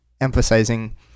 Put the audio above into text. emphasizing